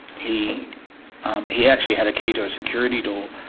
he he actually had a key to her security door,